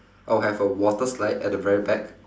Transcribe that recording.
I would have a water slide at the very back